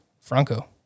Franco